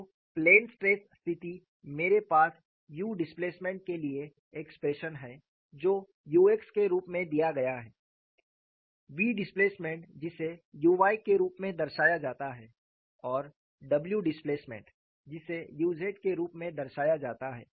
तोप्लेन stress स्थिति मेरे पास u डिस्प्लेसमेंट के लिए एक्सप्रेशन है जो u x के रूप में दिया गया है v डिस्प्लेसमेंट जिसे u y के रूप में दर्शाया जाता है और w डिस्प्लेसमेंट जिसे u z के रूप में दर्शाया जाता है